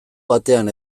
batean